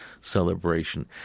celebration